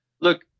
Look